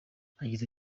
agize